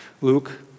Luke